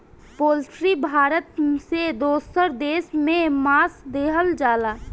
poultry Bharat से दोसर देश में मांस देहल जाला